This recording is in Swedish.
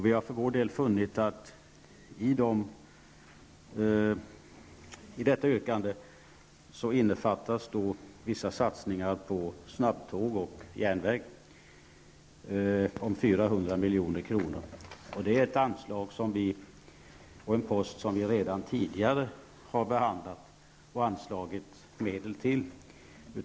Vi har för vår del funnit att i detta yrkande innefattas vissa satsningar på snabbtåg och järnväg på 400 milj.kr. Det är en post som vi redan tidigare har behandlat och anslagit medel till.